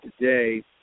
today